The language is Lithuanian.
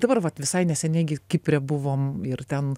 dabar vat visai neseniai gi kipre buvom ir ten